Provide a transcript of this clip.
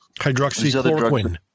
Hydroxychloroquine